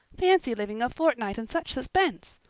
fancy living a fortnight in such suspense!